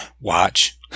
Watch